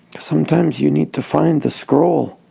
sometimes you need to find the scroll